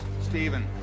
Stephen